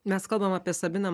mes kalbam apie sabiną